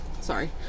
sorry